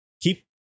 keep